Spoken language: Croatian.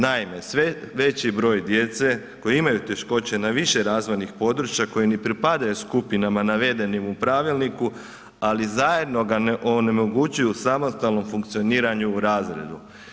Naime, sve veći broj djece koji imaju teškoće na više razvojnih područja koje ne pripadaju skupinama navedenim u pravilniku, ali zajedno ga onemogućuju samostalnom funkcioniraju u razredu.